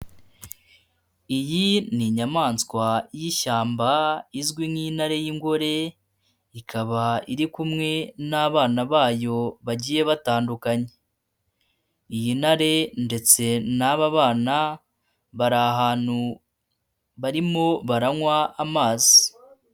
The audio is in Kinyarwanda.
Iyi ni inyamaswa y'ishyamba izwi nk'intare y'ingore, ikaba iri kumwe n'abana bayo bagiye batandukanye. Iyi ntare ndetse n'aba bana, bari ahantu barimo baranywa amazi.